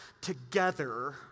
together